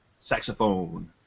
saxophone